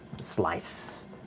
slice